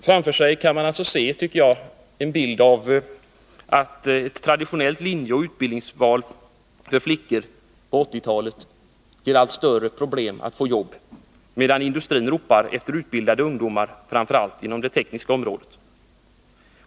Framför oss kan vi alltså se en bild av hur ett traditionellt linjeoch utbildningsval bland flickorna på 1980-talet leder till allt större problem att få jobb, medan industrin ropar efter utbildade ungdomar, framför allt inom det tekniska området.